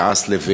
עלי אסלי,